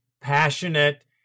passionate